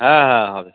হ্যাঁ হ্যাঁ হবে